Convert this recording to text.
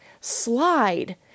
slide